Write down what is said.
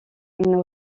une